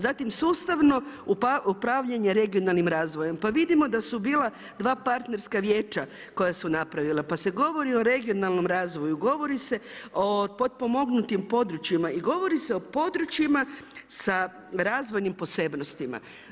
Zatim sustavno upravljanje regionalnim razvojem, pa vidimo da su bila dva partnerska vijeća koja su napravila, pa se govori o regionalnom razvoju, govori se o potpomognutim područjima i govori se o područjima sa razvojnim posebnostima.